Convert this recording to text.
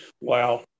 Wow